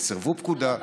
הם סירבו פקודה,